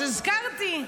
אז הזכרתי.